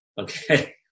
Okay